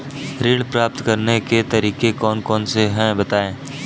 ऋण प्राप्त करने के तरीके कौन कौन से हैं बताएँ?